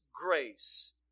grace